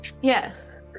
Yes